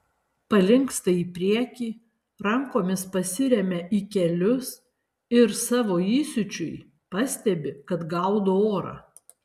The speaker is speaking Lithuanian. palinksta į priekį rankomis pasiremia į kelius ir savo įsiūčiui pastebi kad gaudo orą